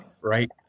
right